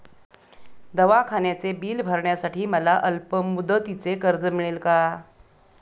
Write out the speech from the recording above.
दवाखान्याचे बिल भरण्यासाठी मला अल्पमुदतीचे कर्ज मिळेल का?